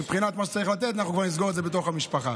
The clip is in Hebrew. מבחינת מה שצריך לתת אנחנו כבר נסגור את זה בתוך המשפחה.